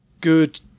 good